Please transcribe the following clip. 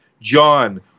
John